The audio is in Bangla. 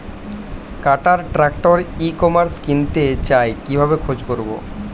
কাটার ট্রাক্টর ই কমার্সে কিনতে চাই কিভাবে খোঁজ করো?